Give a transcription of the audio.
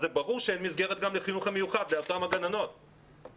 אז ברור שאין גם מסגרת לילדי אותן הגננות בחינוך המיוחד .